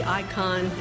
icon